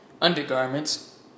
Undergarments